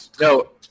No